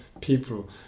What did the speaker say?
people